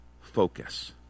focus